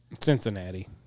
Cincinnati